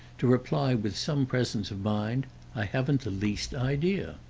to reply with some presence of mind i haven't the least idea.